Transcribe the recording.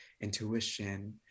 intuition